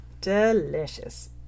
Delicious